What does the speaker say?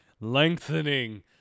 lengthening